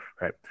right